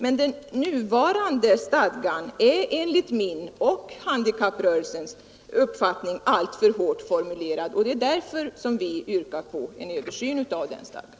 Men den nuvarande stadgan är enligt min och handikapprörelsens uppfattning alltför hårt formulerad, och det är därför vi yrkar på en översyn av stadgan.